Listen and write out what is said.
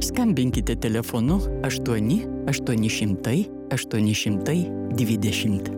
skambinkite telefonu aštuoni aštuoni šimtai aštuoni šimtai dvidešimt